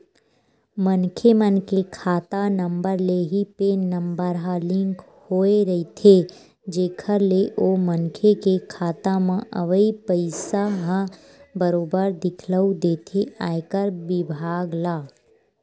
मनखे मन के खाता नंबर ले ही पेन नंबर ह लिंक होय रहिथे जेखर ले ओ मनखे के खाता म अवई पइसा ह बरोबर दिखउल देथे आयकर बिभाग ल